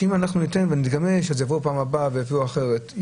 שאם נתגמש יבואו בפעם הבאה ויעשו אחרת.